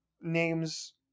names